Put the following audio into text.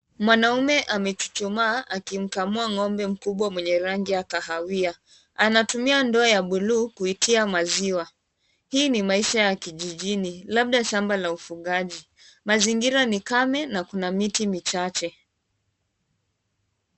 Mwanaume amechuchumaa akimkamua ng'ombe mkubwa mwenye rangi ya kahawia, anatumia ndoa ya buluu kuitia maziwa, hii ni maisha ya kijijini labda shamba la ufugaji mazingira ni kame na kuna miti michache.